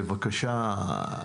בבקשה,